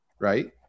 right